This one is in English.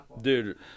Dude